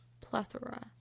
Plethora